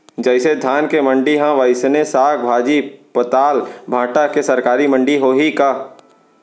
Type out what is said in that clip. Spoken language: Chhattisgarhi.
जइसे धान के मंडी हे, वइसने साग, भाजी, पताल, भाटा के सरकारी मंडी होही का?